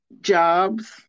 jobs